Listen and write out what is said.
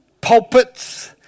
pulpits